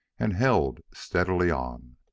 and held steadily on.